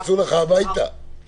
עכשיו הוא נקי כפיים, נכון?